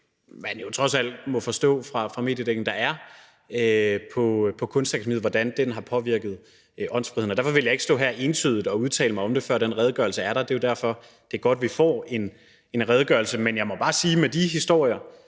man trods alt må forstå fra mediedækningen er på Kunstakademiet, har påvirket åndsfriheden. Derfor vil jeg ikke stå her entydigt og udtale mig om det, før den redegørelse er der. Det er jo derfor, det er godt, at vi får en redegørelse. Men jeg må bare sige, at med de historier,